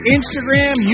Instagram